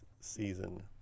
season